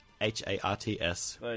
h-a-r-t-s